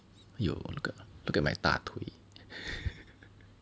!eww! oh my god look at my 大腿